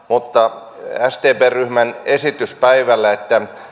mutta kyllähän sdpn ryhmän esitys päivällä että